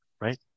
Right